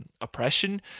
oppression